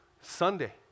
Sunday